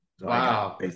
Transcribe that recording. Wow